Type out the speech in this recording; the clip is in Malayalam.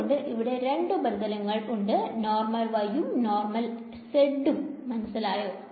അതുപോലെ ഇവിടെ രണ്ട് ഉപരിതലങ്ങൾ ഉണ്ട് നോർമൽ y ഉം നോർമൽ z ഉം മനസ്സിലായോ